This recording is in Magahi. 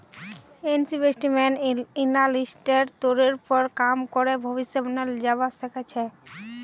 इन्वेस्टमेंट एनालिस्टेर तौरेर पर काम करे भविष्य बनाल जावा सके छे